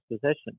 possession